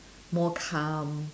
more calm